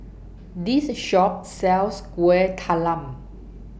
This Shop sells Kuih Talam